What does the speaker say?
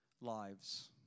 lives